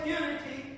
unity